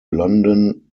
london